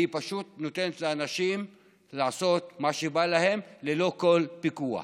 היא פשוט נותנת לאנשים לעשות מה שבא להם ללא כל פיקוח.